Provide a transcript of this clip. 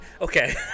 okay